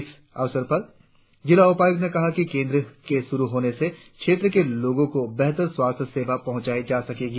इस अवसर पर जिला उपायुक्त ने कहा इस केंद्र के शुरु होने से क्षेत्र के लोगो को बेहतर स्वास्थ्य सेवा पहुचाई जा सकेगी